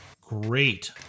great